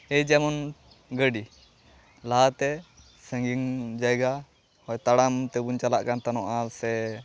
ᱮᱭ ᱡᱮᱢᱚᱱ ᱜᱟᱹᱰᱤ ᱞᱟᱦᱟᱛᱮ ᱥᱟᱺᱜᱤᱧ ᱡᱟᱭᱜᱟ ᱦᱚᱭ ᱛᱟᱲᱟᱢ ᱛᱮᱵᱚᱱ ᱪᱟᱞᱟᱜᱠᱟᱱ ᱛᱮᱦᱮᱱᱚᱜᱼᱟ ᱥᱮ